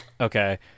Okay